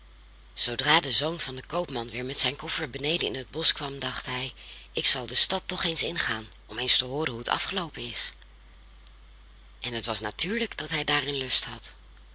zoodra de zoon van den koopman weer met zijn koffer beneden in het bosch kwam dacht hij ik zal de stad toch eens ingaan om eens te hooren hoe het afgeloopen is en het was natuurlijk dat hij daarin lust had